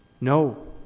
No